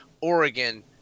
Oregon